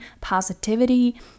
positivity